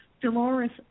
Dolores